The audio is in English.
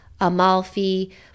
Amalfi